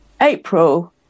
April